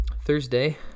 Thursday